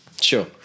Sure